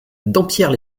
dampierre